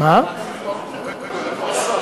שלוש דקות,